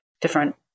different